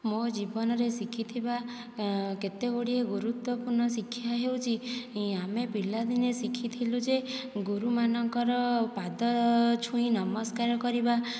ମୋ ଜୀବନରେ ଶିଖିଥିବା କେତେ ଗୁଡ଼ିଏ ଗୁରୁତ୍ୱପୂର୍ଣ ଶିକ୍ଷା ହେଉଛି ଆମେ ପିଲାଦିନେ ଶିଖିଥିଲୁ ଯେ ଗୁରୁମାନଙ୍କର ପାଦ ଛୁଇଁ ନମସ୍କାର କରିବା